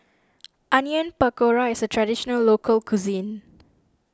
Onion Pakora is a Traditional Local Cuisine